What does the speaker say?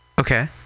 Okay